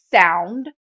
sound